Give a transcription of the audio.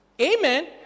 amen